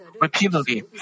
repeatedly